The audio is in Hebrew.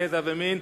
גזע ומין.